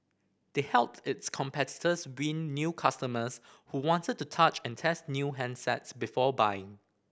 they helped its competitors win new customers who wanted to touch and test new handsets before buying